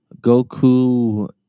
Goku